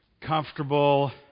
comfortable